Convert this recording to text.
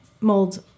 molds